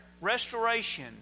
restoration